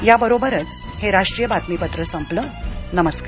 याबरोबरचं हे राष्ट्रीय बातमीपत्र संपलं नमस्कार